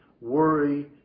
Worry